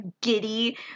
giddy